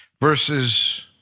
verses